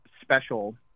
special